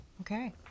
Okay